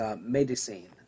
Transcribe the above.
medicine